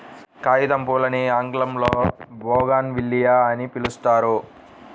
కాగితంపూలని ఆంగ్లంలో బోగాన్విల్లియ అని పిలుస్తారు